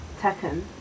Tekken